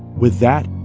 with that,